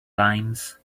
limes